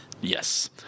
Yes